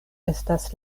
estas